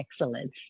excellence